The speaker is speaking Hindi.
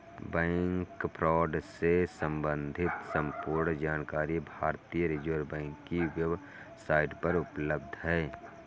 बैंक फ्रॉड से सम्बंधित संपूर्ण जानकारी भारतीय रिज़र्व बैंक की वेब साईट पर उपलब्ध है